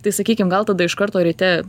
tai sakykim gal tada iš karto ryte